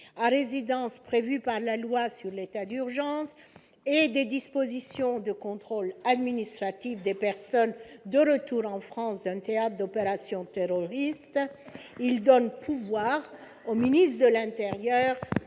à résidence, prévue par la loi sur l'état d'urgence et des dispositions de contrôle administratif des personnes de retour en France d'un théâtre d'opérations terroristes il donne pouvoir au ministre de l'Intérieur,